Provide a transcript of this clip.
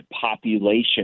population